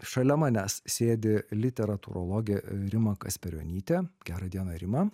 šalia manęs sėdi literatūrologė rima kasperionytė gerą dieną rima